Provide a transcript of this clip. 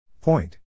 Point